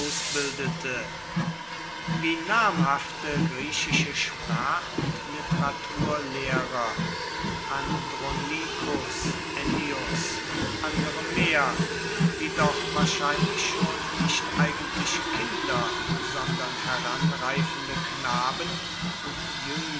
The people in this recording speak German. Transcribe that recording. wie namhafte griechische sprach und literaturlehrer andronicus ennius und andere mehr die doch wahrscheinlich schon nicht eigentlich kinder sondern heranreifende knaben und